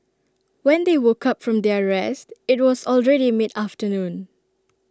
when they woke up from their rest IT was already mid afternoon